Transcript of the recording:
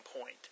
point